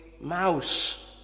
mouse